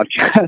podcast